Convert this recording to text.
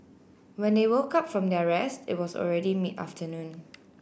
when they woke up from their rest it was already mid afternoon